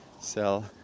sell